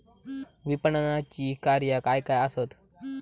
विपणनाची कार्या काय काय आसत?